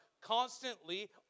constantly